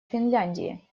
финляндии